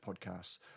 podcasts